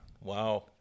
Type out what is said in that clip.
wow